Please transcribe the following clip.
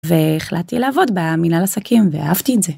והחלטתי לעבוד במינהל עסקים, ואהבתי את זה.